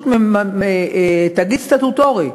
תאגיד סטטוטורי,